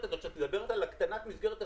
הזאת שאת מדברת על הקטנת מסגרת אשראי,